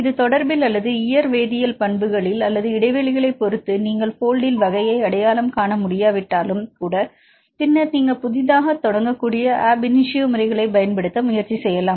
இது தொடர்பில் அல்லது இயற்பிவேதியியல் பண்புகள் அல்லது இடைவெளிகளைப் பொறுத்து நீங்கள் போல்ட் வகையை அடையாளம் காண முடியாவிட்டாலும் கூட பின்னர் நீங்கள் புதிதாகத் தொடங்கக்கூடிய அபினிசியோ முறைகளைப் பயன்படுத்த முயற்சிசெய்யலாம்